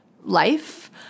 life